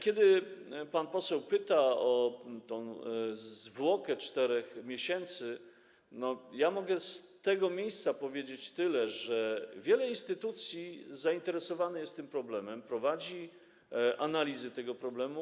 Kiedy pan poseł pyta o zwłokę 4 miesięcy, mogę z tego miejsca powiedzieć tyle, że wiele instytucji jest zainteresowanych tym problemem, prowadzi analizy tego problemu.